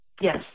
Yes